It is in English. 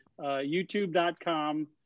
youtube.com